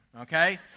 okay